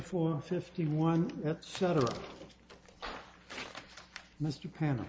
four fifty one etc mr pan